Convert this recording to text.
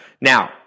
Now